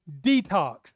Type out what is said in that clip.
detox